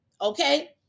okay